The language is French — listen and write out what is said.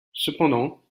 cependant